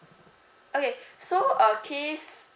okay so uh case